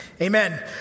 Amen